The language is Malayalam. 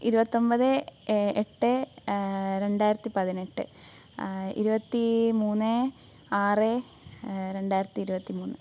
ഇരുപത്തി ഒന്പത് എട്ട് രണ്ടായിരത്തി പതിനെട്ട് ഇരുപത്തിമൂന്ന് ആറ് രണ്ടായിരത്തി ഇരുപത്തിമൂന്ന്